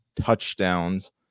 touchdowns